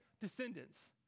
descendants